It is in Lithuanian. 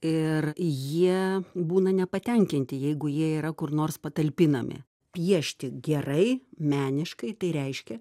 ir jie būna nepatenkinti jeigu jie yra kur nors patalpinami piešti gerai meniškai tai reiškia